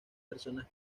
personas